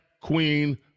queen